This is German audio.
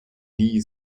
nie